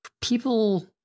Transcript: people